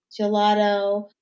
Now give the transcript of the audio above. gelato